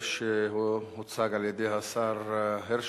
שהוצגה על-ידי השר הרשקוביץ.